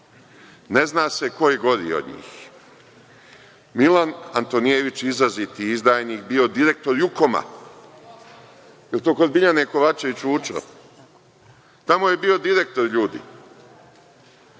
Ne zna se ko je gori od njih. Milan Antonijević izraziti izdajnik, bio je direktor „Jukoma“. Jel to kod Biljane Kovačević Vučo? Tamo je bio direktor, ljudi.